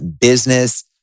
business